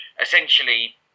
essentially